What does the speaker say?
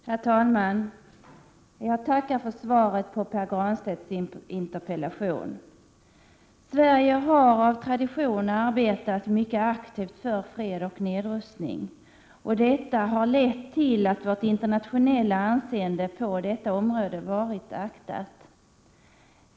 Herr talman! Jag tackar för svaret på Pär Granstedts interpellation. Sverige har av tradition arbetat mycket aktivt för fred och nedrustning. Det har lett till att vårt internationella anseende på detta område varit aktat.